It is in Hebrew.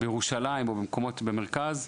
בירושלים או במרכז,